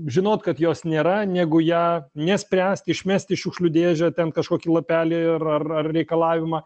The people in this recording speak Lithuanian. žinot kad jos nėra negu ją nespręst išmest į šiukšlių dėžę ten kažkokį lapelį ar ar ar reikalavimą